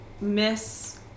miss